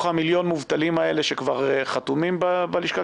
המיליון מובטלים האלה שכבר חתומים בלשכה,